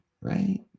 right